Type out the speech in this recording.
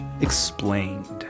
explained